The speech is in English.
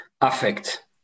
affect